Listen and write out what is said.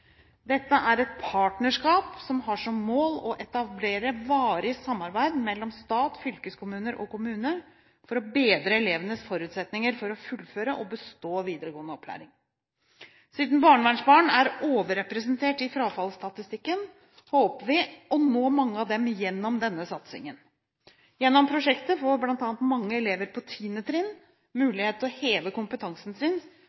Dette er et partnerskap som har som mål å etablere varig samarbeid mellom stat, fylkeskommuner og kommuner for å bedre elevenes forutsetninger for å fullføre og bestå videregående opplæring. Siden barnevernsbarn er overrepresentert i frafallsstatistikken, håper vi å nå mange av dem gjennom denne satsingen. Gjennom prosjektet får bl.a. mange elever på 10. trinn mulighet til å heve kompetansen sin,